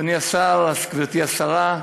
אדוני השר, גברתי השרה,